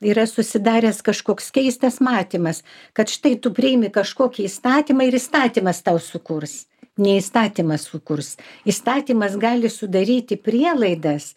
yra susidaręs kažkoks keistas matymas kad štai tu priimi kažkokį įstatymą ir įstatymas tau sukurs ne įstatymas sukurs įstatymas gali sudaryti prielaidas